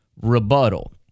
rebuttal